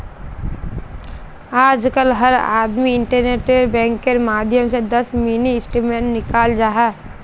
आजकल हर आदमी इन्टरनेट बैंकिंगेर माध्यम स दस मिनी स्टेटमेंट निकाल जा छ